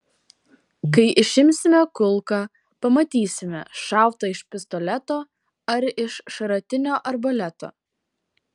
kai išimsime kulką pamatysime šauta iš pistoleto ar iš šratinio arbaleto